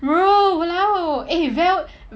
bro !walao! eh vel